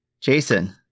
Jason